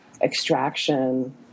extraction